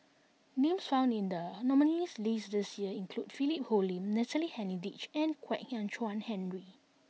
names found in the nominees' list this year include Philip Hoalim Natalie Hennedige and Kwek Hian Chuan Henry